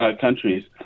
countries